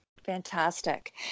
Fantastic